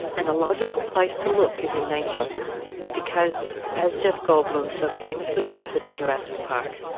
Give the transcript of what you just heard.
and a logical place to look is in nature because, as jeff goldblum so famously puts it in jurassic park,